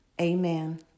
Amen